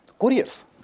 Couriers